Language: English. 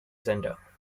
center